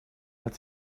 hat